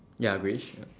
ya greyish